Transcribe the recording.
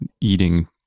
eating